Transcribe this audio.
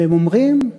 והם אומרים: